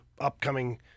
upcoming